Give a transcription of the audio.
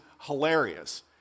hilarious